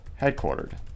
headquartered